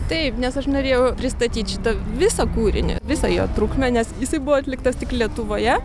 taip nes aš norėjau pristatyt šitą visą kūrinį visą jo trukmę nes jisai buvo atliktas tik lietuvoje